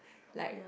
like